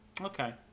Okay